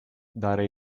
dare